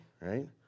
right